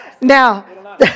Now